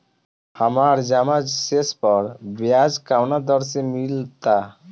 हमार जमा शेष पर ब्याज कवना दर से मिल ता?